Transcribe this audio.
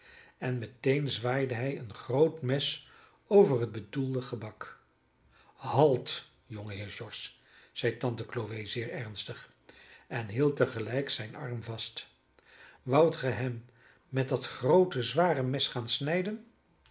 en meteen zwaaide hij een groot mes over het bedoelde gebak halt jongeheer george zeide tante chloe zeer ernstig en hield tegelijk zijn arm vast woudt ge hem met dat groote zware mes gaan snijden